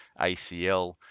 ACL